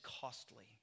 costly